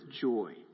joy